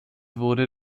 wurde